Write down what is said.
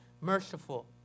merciful